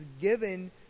given